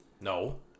No